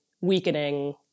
weakening